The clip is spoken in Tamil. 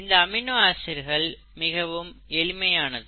இந்த அமினோ ஆசிட்கள் மிகவும் எளிமையானது